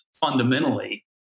fundamentally